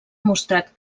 mostrat